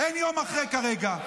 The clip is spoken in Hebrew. אין יום שאחרי כרגע.